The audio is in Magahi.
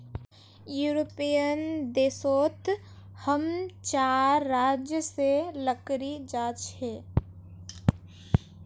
यूरोपियन देश सोत हम चार राज्य से लकड़ी जा छे